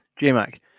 J-Mac